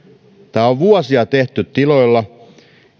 tätä on vuosia tehty tiloilla